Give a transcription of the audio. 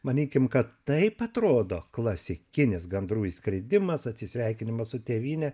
manykim kad taip atrodo klasikinis gandrų išskridimas atsisveikinimas su tėvyne